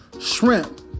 shrimp